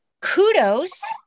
kudos